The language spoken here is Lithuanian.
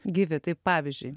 gyvi tai pavyzdžiui